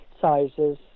sizes